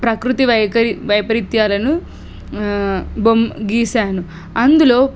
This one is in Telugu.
ప్రకృతి వైకరి వైపరీత్యాలను బొమ్మ గీశాను అందులో